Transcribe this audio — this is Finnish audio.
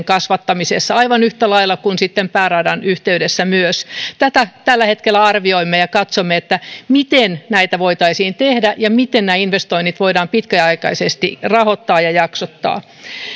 kasvattamisessa aivan yhtä lailla kuin pääradan yhteydessä myös tätä tällä hetkellä arvioimme ja katsomme miten näitä voitaisiin tehdä ja miten nämä investoinnit voidaan pitkäaikaisesti rahoittaa ja jaksottaa